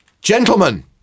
Gentlemen